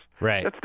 right